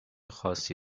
خاصی